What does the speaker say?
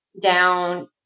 down